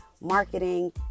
marketing